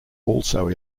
also